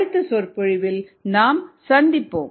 அடுத்த சொற்பொழிவில் நாம் சந்திப்போம்